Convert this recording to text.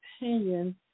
opinion